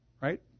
right